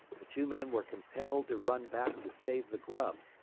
the two men were compelled to run back to save the grub,